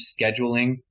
scheduling